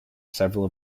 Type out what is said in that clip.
several